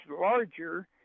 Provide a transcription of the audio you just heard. larger